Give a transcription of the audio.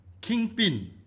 Kingpin